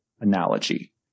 analogy